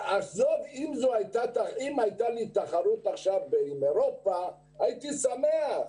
אם הייתה לי תחרות עכשיו עם אירופה, הייתי שמח.